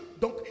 donc